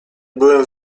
byłem